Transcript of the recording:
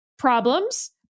Problems